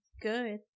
Good